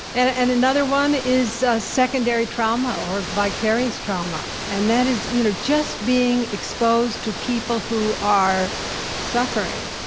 and and another one is a secondary trauma or vicarious trauma, and that is you know just being exposed to people who are suffering.